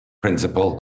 principle